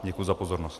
Děkuji za pozornost.